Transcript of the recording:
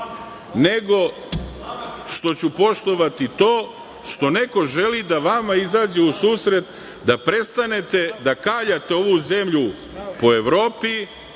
nego što ću poštovati to što neko želi da vama izađe u susret da prestanete da kaljate ovu zemlju po Evropi,